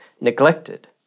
neglected